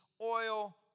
oil